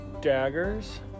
daggers